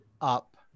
up